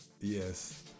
Yes